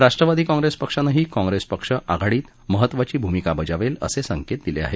राष्ट्रवादी काँग्रेस पक्षानेही काँग्रेस पक्ष आघाडीत महत्त्वाची भूमिका बजावेल असे संकेत दिले आहेत